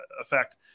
effect